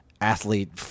Athlete